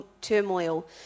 turmoil